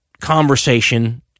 conversation